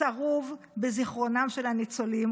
צרוב בזיכרונם של הניצולים,